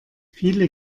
viele